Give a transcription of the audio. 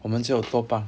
我们就做吧